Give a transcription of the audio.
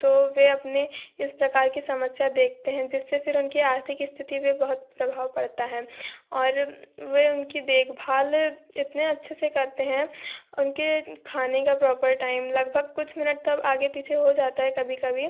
तो वे अपने इस प्रकार की समस्या देखते हैं जिससे फिर उनकी आर्थिक स्थिति पे बहुत प्रभाव पड़ता है और वे उनकी देखभाल इतने अच्छे से करते हैं उनके खाने का प्रॉपर टाइम लगभग कुछ मिनट तो अब आगे पीछे हो जाता है कभी कभी